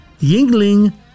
yingling